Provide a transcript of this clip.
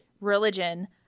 religion